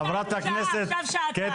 פעם נתקענו שעה, עכשיו שעתיים.